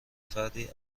فردی